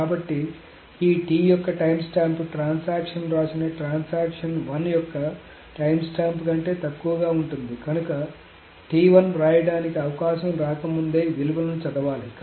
కాబట్టి ఈ T యొక్క టైమ్స్టాంప్ ట్రాన్సాక్షన్ వ్రాసిన ట్రాన్సాక్షన్ 1 యొక్క టైమ్స్టాంప్ కంటే తక్కువగా ఉంటుంది కనుక ఇది వ్రాయడానికి అవకాశం రాకముందే విలువను చదవాలి